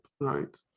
right